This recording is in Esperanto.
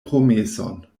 promeson